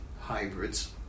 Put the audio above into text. hybrids